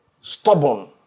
stubborn